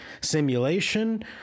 simulation